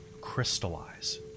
crystallize